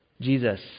Jesus